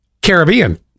Caribbean